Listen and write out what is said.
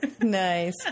Nice